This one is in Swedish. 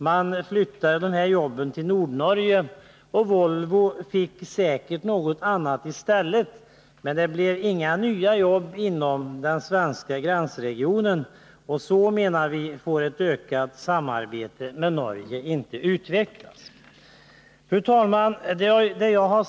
Man flyttade dessa jobb till Nordnorge, och Volvo fick säkerligen något annat i stället. Men det blev inga nya jobb inom den svenska gränsregionen. Vi menar att en utökning av samarbetet med Norge inte får utvecklas på ett sådant sätt. Fru talman!